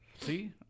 See